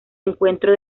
encuentro